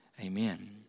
Amen